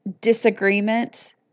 disagreement